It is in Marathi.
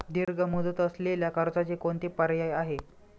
दीर्घ मुदत असलेल्या कर्जाचे कोणते पर्याय आहे?